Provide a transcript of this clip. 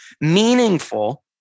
meaningful